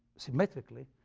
symmetrically,